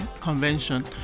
convention